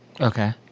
Okay